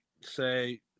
say